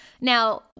Now